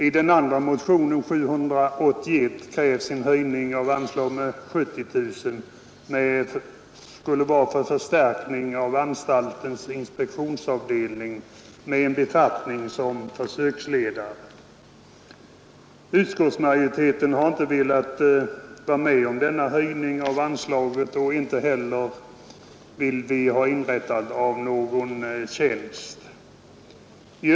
I motionen 781 krävs en höjning av anslaget med 70 000 kronor — för förstärkning av anstaltens inspektionsavdelning med en befattning som försöksledare. Utskottsmajoriteten har inte velat vara med om föreslagna höjningar av anslaget och vi vill därför inte heller ha någon tjänst inrättad nu.